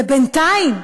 ובינתיים,